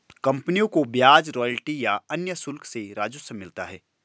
कंपनियों को ब्याज, रॉयल्टी या अन्य शुल्क से राजस्व मिलता है